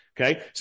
Okay